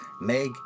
Meg